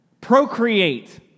Procreate